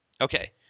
Okay